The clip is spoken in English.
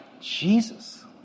Jesus